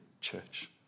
church